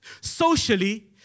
Socially